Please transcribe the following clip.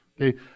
okay